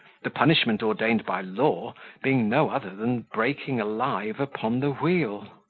the punishment ordained by law being no other than breaking alive upon the wheel.